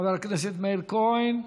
חבר הכנסת מאיר כהן.